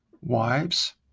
wives